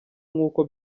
nk’uko